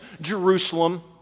Jerusalem